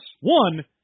One